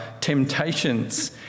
temptations